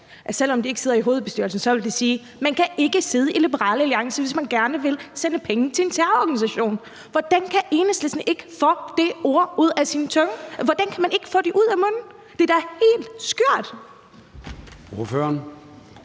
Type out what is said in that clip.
selv om de ikke sidder i hovedbestyrelsen, så ville de sige: Man kan ikke sidde i Liberal Alliance, hvis man gerne vil sende penge til en terrororganisation. Hvordan kan det være, at Enhedslisten ikke få de ord ud på sin tunge? Hvordan kan det være, at man ikke få det ud af munden? Det er da helt skørt. Kl.